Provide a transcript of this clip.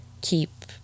keep